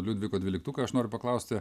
liudviko dvyliktuką aš noriu paklausti